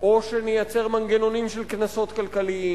או שנייצר מנגנונים של קנסות כלכליים.